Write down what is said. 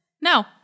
No